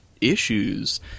issues